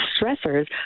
stressors